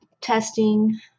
testing